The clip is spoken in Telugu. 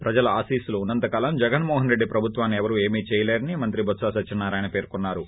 ప్రజల ఆశీస్పులు ఉన్నంత కాలం జగన్మోహన్రెడ్డి ప్రభుత్వాన్ని ఎవరూ ఏమీ చేయలేరని మంత్రి బొత్ప సత్యనారాయణ పేర్కొన్నారు